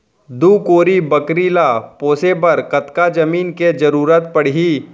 दू कोरी बकरी ला पोसे बर कतका जमीन के जरूरत पढही?